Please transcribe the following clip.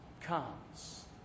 comes